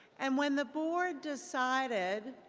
and when the board decided,